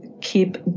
keep